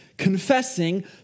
confessing